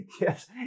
Yes